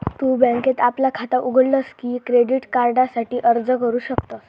तु बँकेत आपला खाता उघडलस की क्रेडिट कार्डासाठी अर्ज करू शकतस